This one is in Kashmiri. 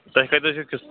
تۄہہِ کَتٮ۪تھ چھُو کِس